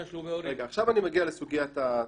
עכשיו אני מגיע לסוגיית התל"ן.